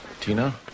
Tina